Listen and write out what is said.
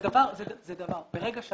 או פעולות שלא יהיו רשאים לעשות?